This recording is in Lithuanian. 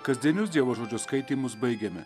kasdienius dievo žodžio skaitymus baigiame